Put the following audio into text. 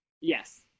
Yes